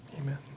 Amen